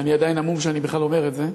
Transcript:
אני עדיין המום שאני בכלל אומר את זה.